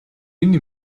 энэ